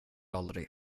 aldrig